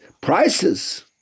prices